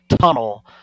tunnel